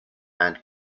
and